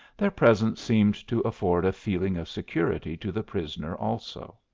their presence seemed to afford a feeling of security to the prisoner also.